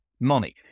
money